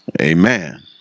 Amen